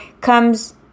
comes